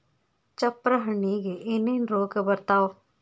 ಚಪ್ರ ಹಣ್ಣಿಗೆ ಏನೇನ್ ರೋಗ ಬರ್ತಾವ?